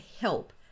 help